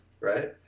Right